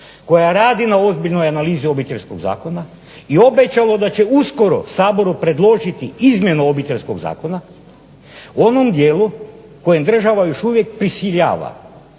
koja radi na ozbiljnoj analizi Obiteljskog zakona i obećalo da će uskoro Saboru predložiti izmjenu Obiteljskog zakona u onom dijelu kojom država još uvijek prisiljava